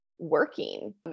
Working